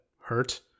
hurt